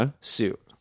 suit